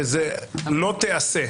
שזה לא תעשה,